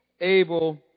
able